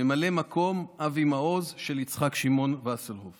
וממלא המקום של יצחק שמעון וסרלאוף